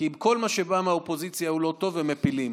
כי כל מה שבא מהאופוזיציה הוא לא טוב והם מפילים.